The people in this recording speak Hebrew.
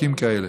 חוקים כאלה.